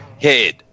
head